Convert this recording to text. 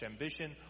ambition